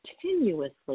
continuously